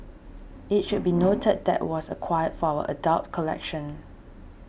it should be noted that was acquired for our adult collection